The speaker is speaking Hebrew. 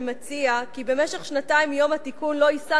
שמציע כי במשך שנתיים מיום התיקון לא יישא